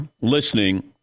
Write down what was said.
listening